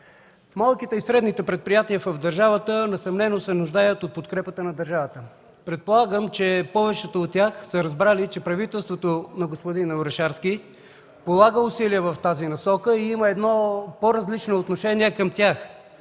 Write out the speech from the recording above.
Малките и средните предприятия в държавата несъмнено се нуждаят от нейната подкрепа. Предполагам, че повечето от тях са разбрали, че правителството на господин Орешарски полага усилия в тази насока и има едно по-различно отношение към тях.